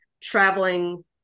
traveling